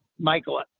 Michael